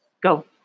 go